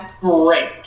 great